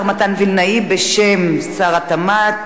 יציג את הצעת החוק השר מתן וילנאי בשם שר התמ"ת,